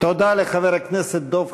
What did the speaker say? תודה לחבר הכנסת דב חנין.